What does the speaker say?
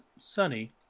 Sunny